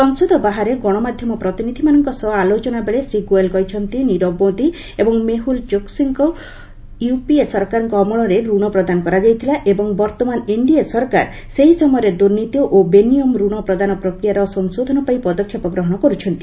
ସଂସଦ ବାହାରେ ଗଣମାଧ୍ୟମ ପ୍ରତିନିଧିମାନଙ୍କ ସହ ଆଲୋଚନାବେଳେ ଶ୍ରୀ ଗୋଏଲ୍ କହିଛନ୍ତି ନିରବ ମୋଦି ଏବଂ ମେହୁଲ୍ ଚୋକ୍ସିଙ୍କୁ ୟୁପିଏ ସରକାରଙ୍କ ଅମଳରେ ଋଣ ପ୍ରଦାନ କରାଯାଇଥିଲା ଏବଂ ବର୍ତ୍ତମାନ ଏନ୍ଡିଏ ସରକାର ସେହି ସମୟରେ ଦୁର୍ନୀତି ଓ ବେନିୟମ ରଣ ପ୍ରଦାନ ପ୍ରକ୍ରିୟାର ସଂଶୋଧନପାଇଁ ପଦକ୍ଷେପ ଗ୍ରହଣ କରୁଛନ୍ତି